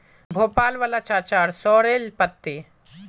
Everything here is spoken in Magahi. भोपाल वाला चाचार सॉरेल पत्ते